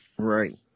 Right